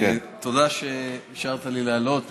תודה שאישרת לי לעלות,